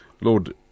Lord